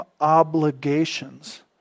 obligations